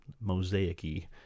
mosaic-y